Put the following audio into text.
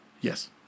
Yes